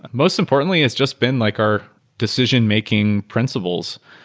most importantly, it's just been like our decision-making principles.